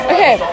Okay